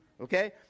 Okay